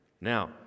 Now